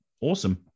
awesome